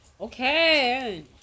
Okay